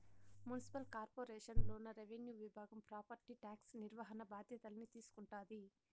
municipal corporation లోన revenue విభాగం property tax నిర్వహణ బాధ్యతల్ని తీసుకుంటాది